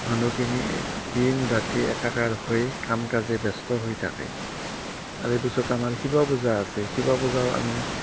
মানুহখিনি দিন ৰাতি একাকাৰ হৈ কাম কাজে ব্যস্ত হৈ থাকে তাৰে পিছত আমাৰ শিৱ পূজা আছে শিৱ পূজাও আমি